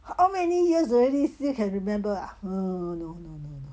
how many years already still can remember ah oh no no no